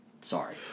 Sorry